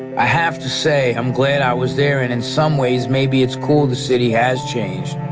i have to say i'm glad i was there and in some ways maybe it's cool the city has changed.